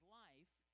life